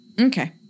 Okay